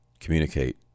communicate